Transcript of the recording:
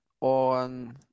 on